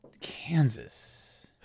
Kansas